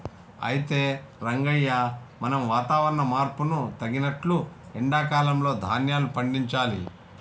అయితే రంగయ్య మనం వాతావరణ మార్పును తగినట్లు ఎండా కాలంలో ధాన్యాలు పండించాలి